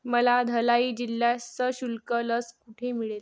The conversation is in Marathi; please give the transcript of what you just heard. मला धलाई जिल्ह्यास सशुल्क लस कुठे मिळेल